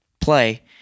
play